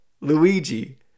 Luigi